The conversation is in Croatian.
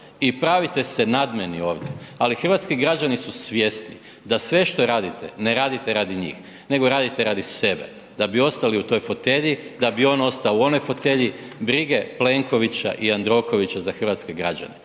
i pravite se nadmeni ovdje, ali hrvatski građani su svjesni da sve što radite, ne radite radi njih nego radite radi sebe. Da bi ostali u toj fotelji, da bi on ostao u onoj fotelji, brige Plenkovića i Jandrokovića za hrvatske građane